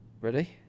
Ready